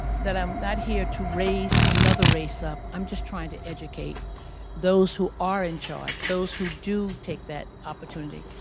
that i'm not here to raise another race up. i'm just trying to educate those who are in charge, those who do take that opportunity.